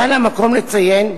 כאן המקום לציין,